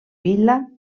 vila